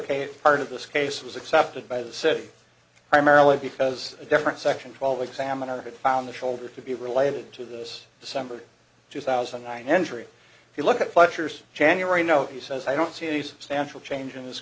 a part of this case was accepted by the city primarily because a different section twelve examiner had found the shoulder to be related to this december two thousand and nine injury if you look at fletcher's january note he says i don't see any substantial change